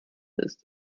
ist